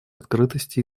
открытости